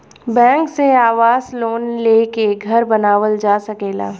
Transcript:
bank से आवास loan लेके घर बानावल जा सकेला